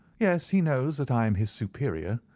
yes. he knows that i am his superior,